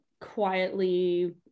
quietly